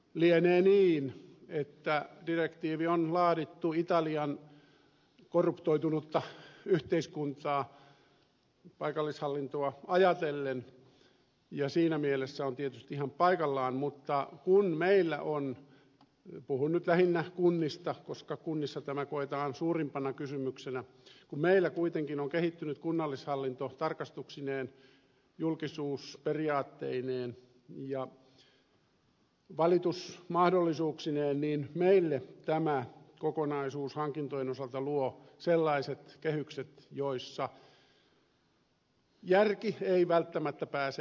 lienee niin että direktiivi on laadittu italian korruptoitunutta yhteiskuntaa paikallishallintoa ajatellen ja siinä mielessä se on tietysti ihan paikallaan mutta kun meillä on puhun nyt lähinnä kunnista koska kunnissa tämä koetaan suurimpana kysymyksenä kuitenkin kehittynyt kunnallishallinto tarkastuksineen julkisuusperiaatteineen ja valitusmahdollisuuksineen niin meille tämä kokonaisuus hankintojen osalta luo sellaiset kehykset joissa järki ei välttämättä pääse enää toteutumaan